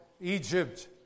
Egypt